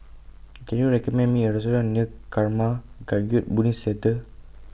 Can YOU recommend Me A Restaurant near Karma Kagyud Buddhist Centre